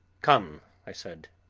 come, i said,